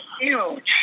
huge